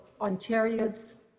Ontario's